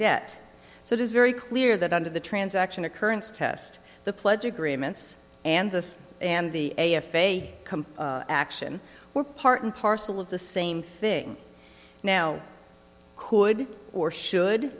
debt so it is very clear that under the transaction occurrence test the pledge agreements and the and the f a a come were part and parcel of the same thing now could or should